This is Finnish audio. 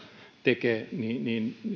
tekee että